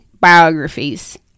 biographies